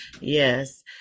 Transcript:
Yes